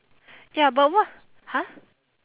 ya but what !huh!